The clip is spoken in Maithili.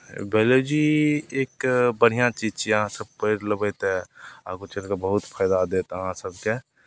बाइलोजी एक बढ़िआँ चीज छियै अहाँसभ पढ़ि लेबै तऽ आगू चलि कऽ बहुत फायदा देत अहाँसभकेँ